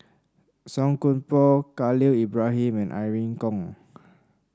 Song Koon Poh Khalil Ibrahim and Irene Khong